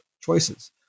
choices